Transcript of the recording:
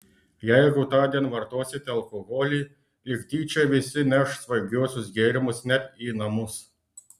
jeigu tądien vartosite alkoholį lyg tyčia visi neš svaigiuosius gėrimus net į namus